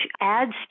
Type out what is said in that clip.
adds